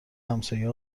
همسایه